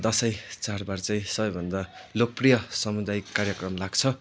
दसैँ चाँडबाँड चाहिँ सबैभन्दा लोकप्रिय समुदायिक कार्यक्रम लाग्छ